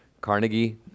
Carnegie